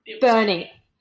Bernie